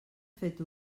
fet